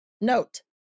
Note